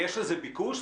יש לזה ביקוש?